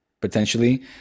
potentially